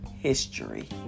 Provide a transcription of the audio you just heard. History